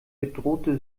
bedrohte